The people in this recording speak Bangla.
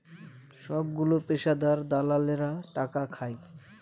সবগুলো পেশাদার দালালেরা টাকা খাটায়